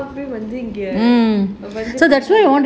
வந்து இங்க:vanthu inga